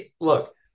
look